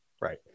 right